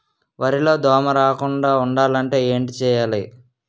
వరిలో దోమ రాకుండ ఉండాలంటే ఏంటి చేయాలి?